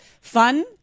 fun